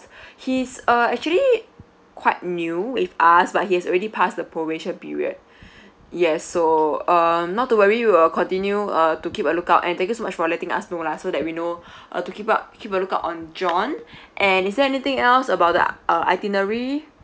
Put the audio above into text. he's uh actually quite new with us but he has already passed the probation period yes so uh not to worry we'll continue uh to keep a lookout and thank you so much for letting us know lah so that we know uh to keep up keep a lookout on john and is there anything else about the uh itinerary